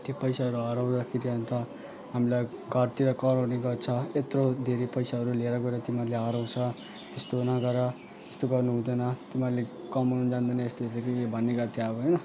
त्यो पैसाहरू हराउँदैखेरि अन्त हामीलाई घरतिर कराउने गर्छ यत्रो धेरै पैसाहरू लिएर गएर तिमीहरूले हराउँछ त्यस्तो नगर त्यस्तो गर्नु हुँदैन तिमीहरूले कमाउन जान्दैन यस्तो उस्तो के के भन्ने गर्थ्यो अब होइन